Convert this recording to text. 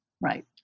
right